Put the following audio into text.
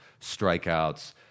strikeouts